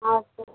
हजुर